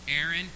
Aaron